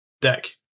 deck